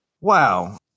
wow